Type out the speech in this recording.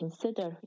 consider